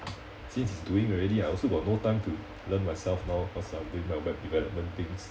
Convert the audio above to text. since he's doing already I also got no time to learn myself now cause I'm doing my web development things